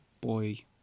Boy